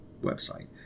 website